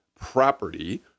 property